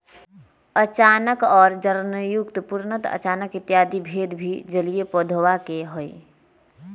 अचानक और जड़युक्त, पूर्णतः अचानक इत्यादि भेद भी जलीय पौधवा के हई